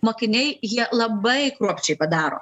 mokiniai jie labai kruopščiai padaro